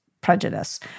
prejudice